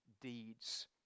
deeds